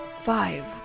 Five